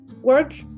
work